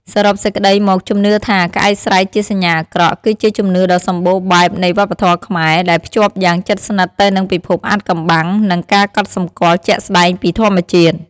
សរុបសេចក្តីមកជំនឿថា ក្អែកស្រែកជាសញ្ញាអាក្រក់ គឺជាជំនឿដ៏សម្បូរបែបនៃវប្បធម៌ខ្មែរ ដែលភ្ជាប់យ៉ាងជិតស្និទ្ធទៅនឹងពិភពអាថ៌កំបាំងនិងការកត់សំគាល់ជាក់ស្តែងពីធម្មជាតិ។